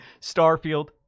Starfield